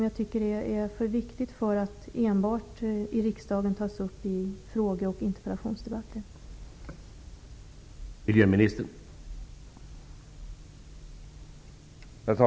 Jag tycker att detta är för viktigt för att enbart tas upp i fråge och interpellationsdebatter i riksdagen.